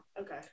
okay